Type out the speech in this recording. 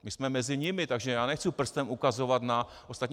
My jsme mezi nimi, takže já nechci prstem ukazovat na ostatní.